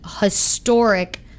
historic